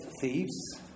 thieves